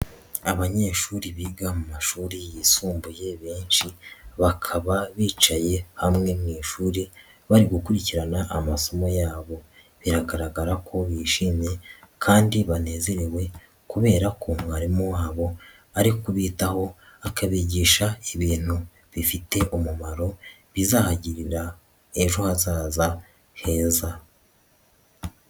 Abanyeshuri biga mu mashuri yisumbuye benshi bakaba bicaye hamwe mu ishuri bari gukurikirana amasomo yabo, biragaragara ko bishimye kandi banezerewe kubera ko mwarimu wabo ari kubitaho akabigisha ibintu bifite umumaro bizahagirira ejo hazaza heza.